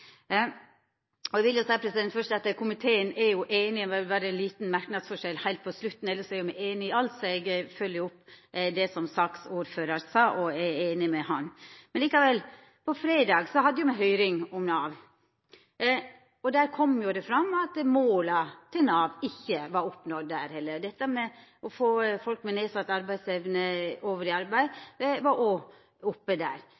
debatt. Eg vil først seia at komiteen er einig, men det er ein liten merknadsforskjell heilt på slutten – elles er me einige i alt – så eg følgjer opp det som saksordføraren sa, og er einig med han. Likevel: På fredag hadde me høyring om Nav. Der kom det fram at måla til Nav ikkje var nådde. Det med å få folk med nedsett arbeidsevne i arbeid var òg oppe der.